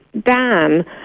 dan